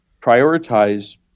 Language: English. prioritize